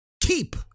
Keep